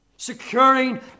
Securing